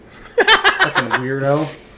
weirdo